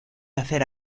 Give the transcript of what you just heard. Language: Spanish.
hacer